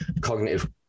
cognitive